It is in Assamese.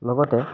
লগতে